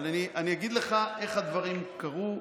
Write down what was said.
אבל הוא הביא משהו, אבל אגיד לך איך הדברים קרו,